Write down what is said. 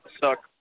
suck